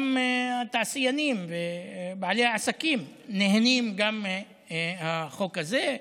התעשיינים ובעלי העסקים נהנים מהחוק הזה,